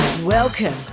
Welcome